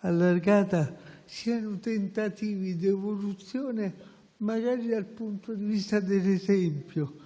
allargata, e siano tentativi di evoluzione magari dal punto di vista dell'esempio,